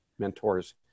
mentors